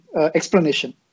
explanation